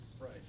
right